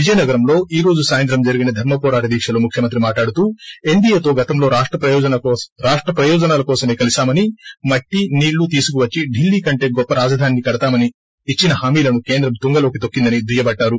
విజయనగరంలో ఈ రోజు సాయంత్రం జరిగిన ధర్మవోరాట దీక్షలో మఖ్యమంత్రి మాట్లాడుతూ ఎన్డీయేతో గతంలో రాష్టపయోజనాల కోసమే కలిసామని మట్టి నీళ్ల తీసుకువచ్చి ఢిల్లీ కంటే గొప్ప రాజధానిని కడదామని ఇచ్చిన హామీలను కేంద్రం తుంగలోకి తొక్కిందని దుయ్యబట్టారు